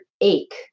ache